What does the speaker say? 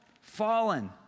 fallen